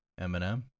Eminem